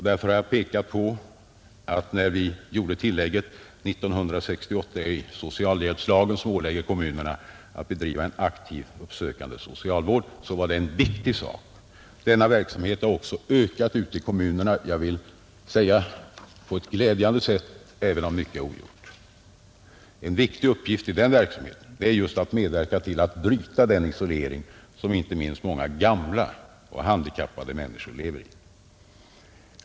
Därför har jag pekat på att det tillägg i socialhjälpslagen, som vi gjorde 1968 och som ålägger kommunerna att bedriva en aktiv uppsökande socialvård, var en viktig sak. Denna verksamhet har också ökat ute i kommunerna på ett glädjande sätt, även om mycket är ogjort. En viktig del av den verksamheten är att medverka till att bryta den isolering som inte minst många gamla och handikappade människor lever 1.